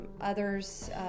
Others